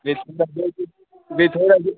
بیٚیہِ تھوڑا بیٚیہِ تھوڑا یہِ